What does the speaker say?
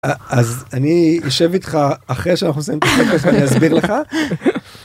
אז אני אשב איתך אחרי שאנחנו נסיים, אני אסביר לך.